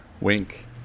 wink